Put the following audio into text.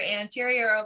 anterior